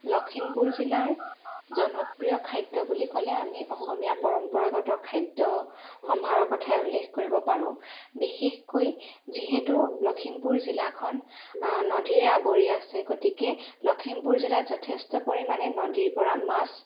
লখিমপুৰ জিলাৰ জনপ্ৰিয় খাদ্য বুলি ক'লে আমি অসমীয়া পৰম্পৰাগত খাদ্য সম্ভাৰৰ কথাই উল্লেখ কৰিব পাৰোঁ বিশেষকৈ যিহেতু লখিমপুৰ জিলাখন নদীৰে আৱৰি আছে গতিকে লখিমপুৰ জিলাত যথেষ্ট পৰিমানে নদীৰ পৰা মাছ